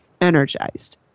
energized